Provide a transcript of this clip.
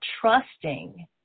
trusting